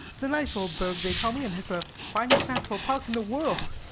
it's a nice old burg, they tell me, and has the finest natural park in the world.